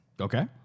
okay